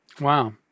Wow